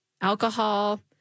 alcohol